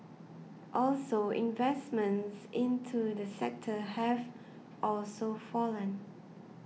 also investments into the sector have also fallen